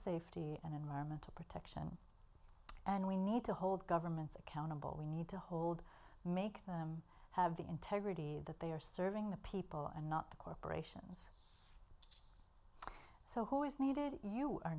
safety and environmental protection and we need to hold governments accountable we need to hold make them have the integrity that they are serving the people and not the corporations so who is needed you are